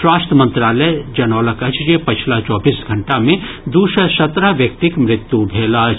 स्वास्थ्य मंत्रालय जनौलक अछि जे पछिला चौबीस घंटा मे दू सय सत्रह व्यक्तिक मृत्यु भेल अछि